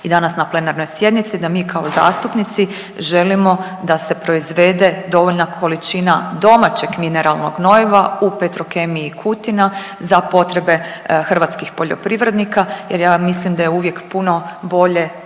i danas na plenarnoj sjednici da mi kao zastupnici želimo da se proizvede dovoljna količina domaćeg mineralnog gnojiva u Petrokemiji Kutina za potrebe hrvatskih poljoprivrednika jer ja mislim da je uvijek puno bolje